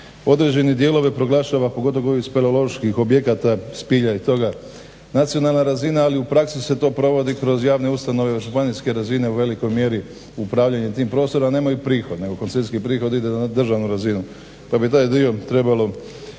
određene dijelove proglašava pogotovo oko ovih speleoloških objekta, spilja i toga nacionalna razina ali u praksi se to provodi kroz javne ustanove županijske razine u velikoj mjeri upravljanje tim prostorima jer nemaju prihoda, nego koncesijski prihod ide nad državnom razinom. Pa bi taj dio trebalo